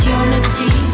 unity